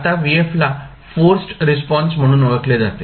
आता ला forced response म्हणून ओळखले जाते